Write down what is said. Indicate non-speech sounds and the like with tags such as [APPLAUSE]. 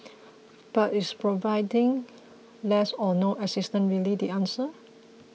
[NOISE] but is providing less or no assistance really the answer